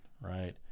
right